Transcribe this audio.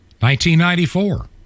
1994